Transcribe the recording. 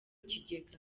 kigega